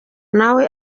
nawe